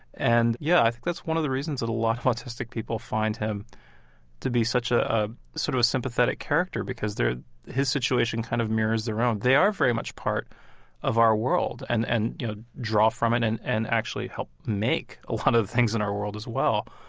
and, yeah, that's one of the reasons that a lot of autistic people find him to be such a a sort of a sympathetic character, because his situation kind of mirrors their own. they are very much part of our world and and, you know, draw from it and and actually help make a lot of the things in our world as well.